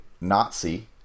Nazi